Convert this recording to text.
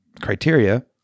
criteria